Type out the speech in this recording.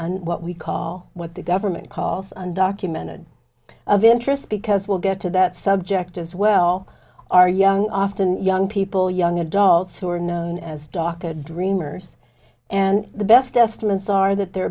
what we call what the government calls on documented of interest because we'll get to that subject as well are young often young people young adults who are known as dr dreamers and the best estimates are that there are